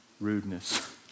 rudeness